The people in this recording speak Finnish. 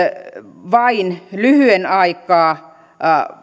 vain lyhyen aikaa